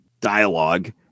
dialogue